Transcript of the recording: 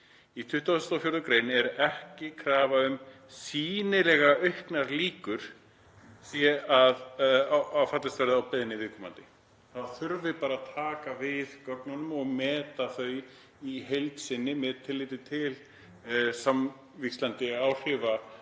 Í 24. gr. er ekki krafa um að sýnilega auknar líkur séu á að fallist verði á beiðni viðkomandi, það þurfi bara að taka við gögnunum og meta þau í heild sinni með tilliti til samverkandi áhrifa